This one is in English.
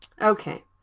Okay